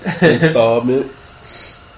Installment